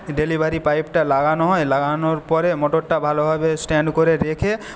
delivery পাইপটা লাগানো হয় লাগানোর পরে মটরটা ভালোভাবে স্ট্যান্ড করে রেখে